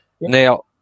Now